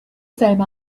same